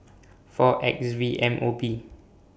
four X V M O B